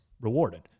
rewarded